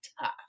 tough